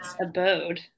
abode